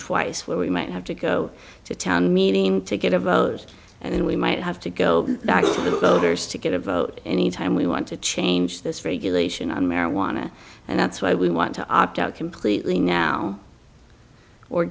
twice where we might have to go to town meeting to get a vote and we might have to go back to the builders to get a vote anytime we want to change this regulation on marijuana and that's why we want to opt out completely now or